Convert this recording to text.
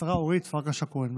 השרה אורית פרקש הכהן.